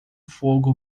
fogo